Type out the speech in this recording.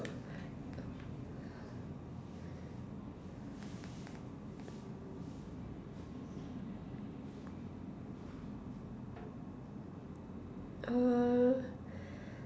uh